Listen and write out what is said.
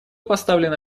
поставлены